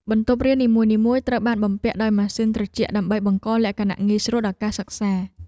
បន្ទប់រៀននីមួយៗត្រូវបានបំពាក់ដោយម៉ាស៊ីនត្រជាក់ដើម្បីបង្កលក្ខណៈងាយស្រួលដល់ការសិក្សា។